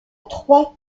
trois